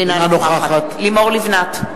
אינה נוכחת לימור לבנת,